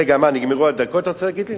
רגע, מה, נגמרו הדקות, אתה רוצה להגיד לי?